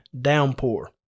downpour